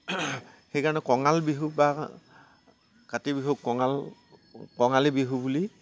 সেইকাৰণে কঙাল বিহু বা কাতি বিহুক কঙাল কঙালী বিহু বুলি